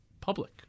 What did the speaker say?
public